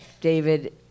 David